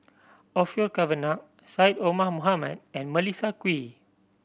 Orfeur Cavenagh Syed Omar Mohamed and Melissa Kwee